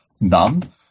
none